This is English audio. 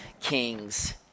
kings